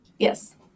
yes